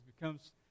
becomes